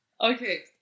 Okay